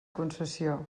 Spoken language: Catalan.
concessió